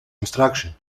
instruction